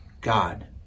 God